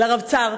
ולרבצ"ר,